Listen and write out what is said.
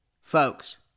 Folks